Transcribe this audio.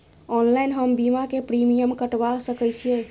Online हम बीमा के प्रीमियम कटवा सके छिए?